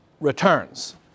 returns